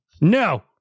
No